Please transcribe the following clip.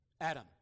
Adam